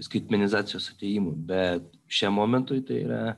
skaitmenizacijos atėjimu bet šiam momentui tai yra